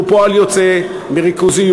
שהוא פועל יוצא מריכוזיות,